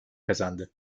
kazandı